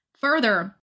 further